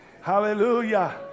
Hallelujah